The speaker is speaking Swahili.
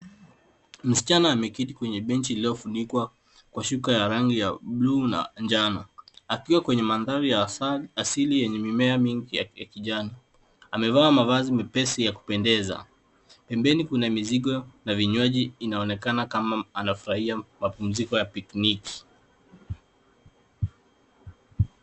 Msichana ameketi kwenye benchi lililofunikwa kwa shuka ya rangi ya bluu na njano; akiwa kwenye mandhari ya asili yenye mimea mingi ya kijani. Amevaa mavazi mepesi ya kupendeza. Pembeni kuna mizigo na vinyuaji inaonekana kama anafurahia mapumziko ya picnic .